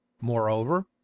moreover